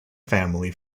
family